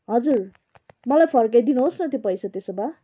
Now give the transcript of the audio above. हजुर मलाई फर्काइदिनुहोस् न त्यो पैसा त्यसो भए